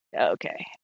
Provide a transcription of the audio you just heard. Okay